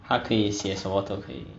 它可以写什么都可以